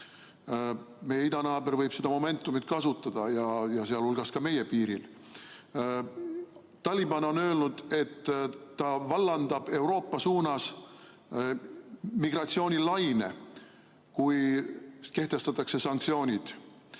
Meie idanaaber võib sedamomentum'it kasutada, sh ka meie piiril. Taliban on öelnud, et ta vallandab Euroopa suunas migratsioonilaine, kui kehtestatakse sanktsioonid.